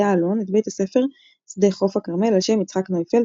אלון את בית ספר שדה חוף הכרמל ע"ש יצחק נויפלד,